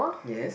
yes